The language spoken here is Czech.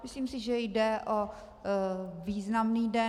Myslím si, že jde o významný den.